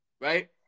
right